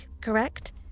correct